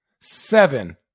Seven